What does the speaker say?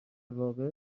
واقع